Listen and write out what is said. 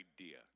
idea